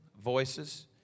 voices